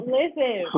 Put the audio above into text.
listen